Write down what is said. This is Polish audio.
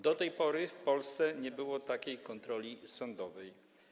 Do tej pory w Polsce nie było takiej kontroli sądowej.